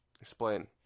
Explain